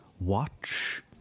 watch